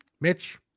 Mitch